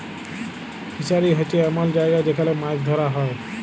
fishery হছে এমল জায়গা যেখালে মাছ ধ্যরা হ্যয়